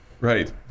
right